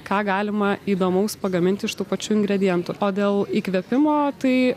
ką galima įdomaus pagaminti iš tų pačių ingredientų o dėl įkvėpimo tai